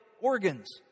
organs